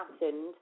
patterned